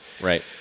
Right